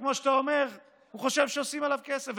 וכמו שאתה אומר, הוא חושב שעושים עליו כסף.